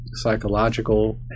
Psychological